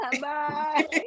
Bye